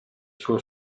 suo